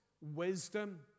wisdom